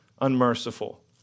unmerciful